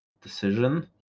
decision